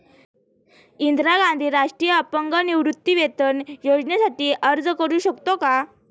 इंदिरा गांधी राष्ट्रीय अपंग निवृत्तीवेतन योजनेसाठी अर्ज करू शकतो का?